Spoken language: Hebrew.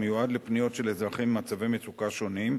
המיועד לפניות של אזרחים במצבי מצוקה שונים,